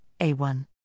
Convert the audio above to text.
A1